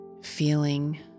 feeling